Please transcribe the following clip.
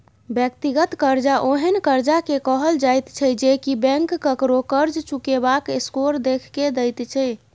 व्यक्तिगत कर्जा ओहेन कर्जा के कहल जाइत छै जे की बैंक ककरो कर्ज चुकेबाक स्कोर देख के दैत छै